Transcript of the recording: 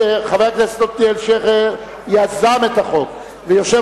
כאשר חבר הכנסת עתניאל שנלר יזם את החוק ויושב-ראש